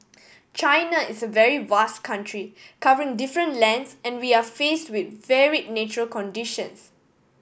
China is a very vast country covering different lands and we are faced with vary natural conditions